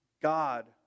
God